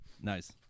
Nice